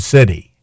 City